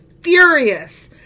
furious